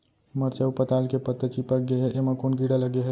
मरचा अऊ पताल के पत्ता चिपक गे हे, एमा कोन कीड़ा लगे है?